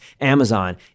Amazon